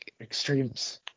extremes